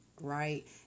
Right